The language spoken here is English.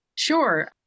Sure